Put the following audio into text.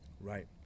Right